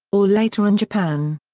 or later in japan.